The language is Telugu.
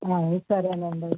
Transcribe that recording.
సరేనండి అయితే